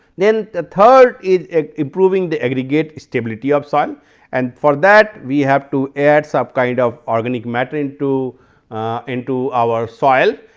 then the third is improving the aggregate stability of soil and for that we have to add some kind of organic matter into ah into our soil.